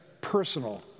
personal